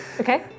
Okay